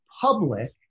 public